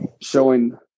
showing